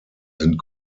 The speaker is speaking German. sind